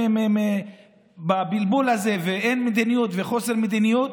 עם הבלבול הזה, כשאין מדיניות וחוסר מדיניות,